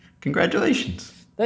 Congratulations